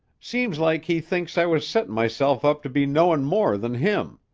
seems like he thinks i was settin' myself up to be knowin' more than him.